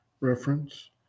Reference